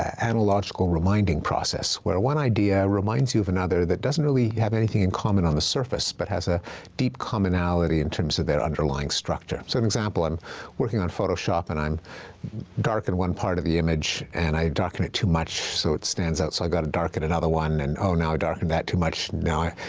analogical reminding process where one idea reminds you of another that doesn't really have anything in common on the surface but has a deep commonality in terms of their underlying structure. so an example, i'm working on photoshop, and i'm darken one part of the image, and i darken it too much so it stands out, so i gotta darken another one. and, oh, now i darkened that too much. and now